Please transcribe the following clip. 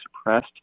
suppressed